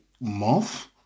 month